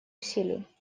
усилий